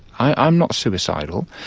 i'm not suicidal.